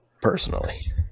personally